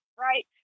Right